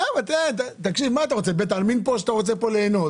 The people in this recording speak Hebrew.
אנחנו נותנים סוג של רשת הגנה שמבטיחה היקף נסועה